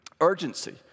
urgency